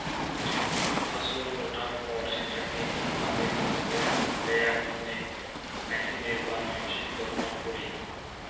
ফছল উঠার পর সেটাকে ঠিক ভাবে ভাগ করাং লেয়ার তন্নে মেচিনের বা মানসির দরকার পড়ি